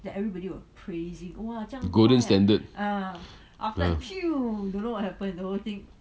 the golden standard